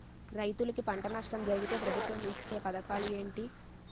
రైతులుకి పంట నష్టం జరిగితే ప్రభుత్వం ఇచ్చా పథకాలు ఏంటి?